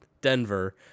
Denver